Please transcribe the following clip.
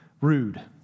rude